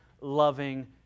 loving